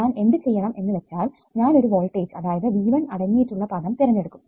ഞാൻ എന്ത് ചെയ്യണം എന്ന് വെച്ചാൽ ഞാൻ ഒരു വോൾട്ടേജ് അതായത് V1 അടങ്ങിയിട്ടുള്ള പദം തിരഞ്ഞെടുക്കും